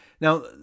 Now